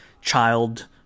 child